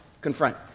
confront